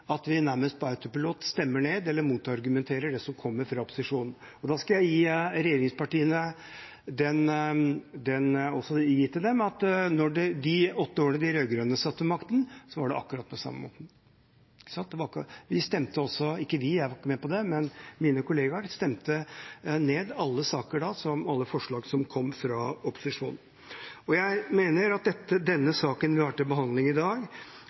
at vi nærmest på autopilot stemmer ned eller argumenterer mot det som kommer fra opposisjonen. Da skal jeg gi regjeringspartiene den: De åtte årene de rød-grønne satt ved makten, var det akkurat på samme måten. Vi, mine kolleger – jeg var ikke med på det – stemte også ned alle saker og alle forslag som kom fra opposisjonen da. Jeg mener at den saken vi har til behandling i dag,